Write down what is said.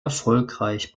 erfolgreich